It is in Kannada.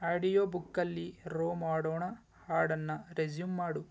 ಆಡಿಯೋ ಬುಕ್ಕಲ್ಲಿ ರೋ ಮಾಡೋಣಾ ಹಾಡನ್ನು ರೆಸ್ಯೂಮ್ ಮಾಡು